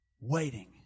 waiting